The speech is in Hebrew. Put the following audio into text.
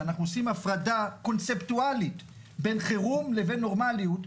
שאנחנו עושים הפרדה קונספטואלית בין חירום לבין נורמליות,